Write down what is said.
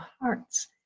hearts